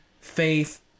faith